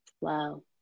Wow